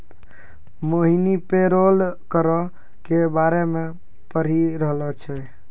मोहिनी payroll करो के बारे मे पढ़ि रहलो छलै